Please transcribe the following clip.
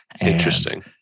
Interesting